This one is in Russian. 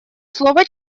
слово